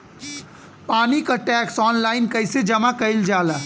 पानी क tax online कईसे जमा कईल जाला?